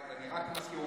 אני רק מזכיר.